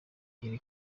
iri